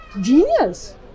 genius